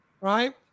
right